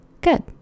good